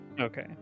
Okay